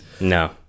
No